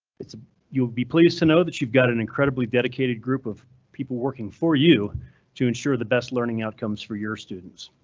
it's you'll be pleased to know that you've gotten incredibly dedicated group of people working for you to ensure the best learning outcomes for your students.